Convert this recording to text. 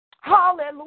Hallelujah